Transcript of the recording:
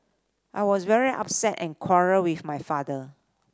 I was very upset and quarrelled with my father